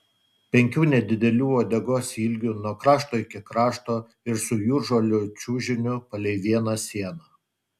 penkių nedidelių uodegos ilgių nuo krašto iki krašto ir su jūržolių čiužiniu palei vieną sieną